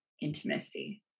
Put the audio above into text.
intimacy